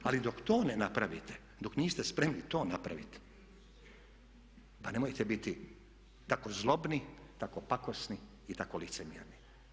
Ali dok tone napravite, dok niste spremni to napraviti pa nemojte biti tako zlobni, tako pakosni i tako licemjerni.